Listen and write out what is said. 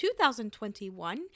2021